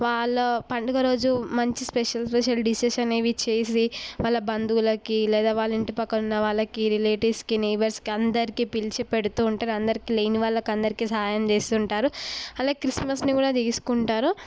వాళ్ళ పండుగ రోజు మంచి స్పెషల్ స్పెషల్ డిషెస్ అనేవి చేసి వాళ్ళ బంధువులకి లేదా వాళ్ళ ఇంటి పక్కన ఉన్న వాళ్ళకి రిలేటివ్స్కి నైబర్స్కి అందరికి పిలిచి పెడుతూ ఉంటారు అందరికీ లేని వాళ్ళకు అందరికీ సహాయం చేస్తుంటారు అలా క్రిస్మస్ని కూడా చేసుకుంటుంటారు